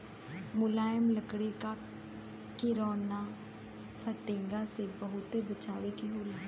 मुलायम लकड़ी क किरौना फतिंगा से बहुत बचावे के होला